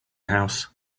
house